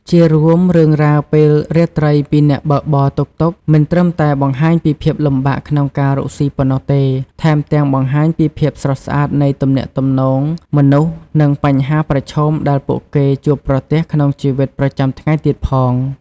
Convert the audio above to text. ជារួម រឿងរ៉ាវពេលរាត្រីពីអ្នកបើកបរតុកតុកមិនត្រឹមតែបង្ហាញពីភាពលំបាកក្នុងការរកស៊ីប៉ុណ្ណោះទេ ថែមទាំងបង្ហាញពីភាពស្រស់ស្អាតនៃទំនាក់ទំនងមនុស្ស និងបញ្ហាប្រឈមដែលពួកគេជួបប្រទះក្នុងជីវិតប្រចាំថ្ងៃទៀតផង។